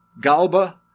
Galba